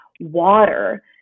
water